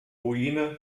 ruine